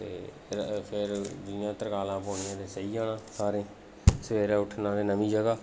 ते फिर जि'यां त्रकालां पौनियां ते सेई आना सारें सबेरे उट्ठना ते नमीं जगह